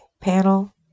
panel